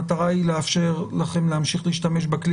המטרה היא לאפשר לכם להמשיך להשתמש בכלי